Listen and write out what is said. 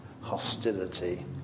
hostility